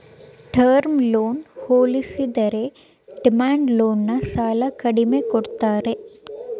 term ಲೋನ್ಗೆ ಹೋಲಿಸಿದರೆ demand loan ನ ಸಾಲ ಕಡಿಮೆ ಕೊಡ್ತಾರೆ